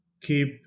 keep